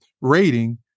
rating